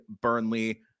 Burnley